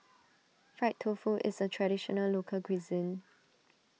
Fried Tofu is a Traditional Local Cuisine